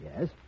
Yes